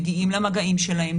מגיעים למגעים שלהם,